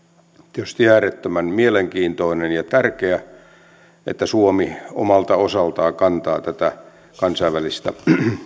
tietysti äärettömän mielenkiintoinen ja tärkeä asia se että suomi omalta osaltaan kantaa tätä kansainvälistä